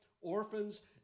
orphans